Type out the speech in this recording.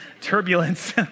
turbulence